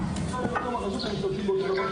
את יודעת מה היה קורה אם בבית כנסת מישהו היה זורק אבן,